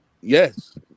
Yes